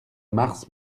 mars